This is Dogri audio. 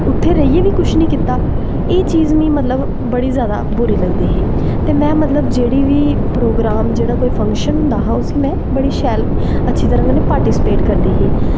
उत्थें रेहियै बी कुश नी कीता एह् चीज मीं मतलव बड़ी बुरी लगदी ही में मतलव जेह्ड़ा बी प्रोग्राम फंख्शन होंदा हा उसी में बड़ी सैल अच्छी तरां पार्टिसिपेट करदी ही